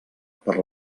per